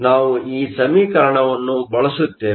ನಾವು ಈ ಸಮೀಕರಣವನ್ನು ಬಳಸುತ್ತೇವೆ